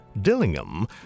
Dillingham